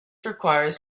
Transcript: requires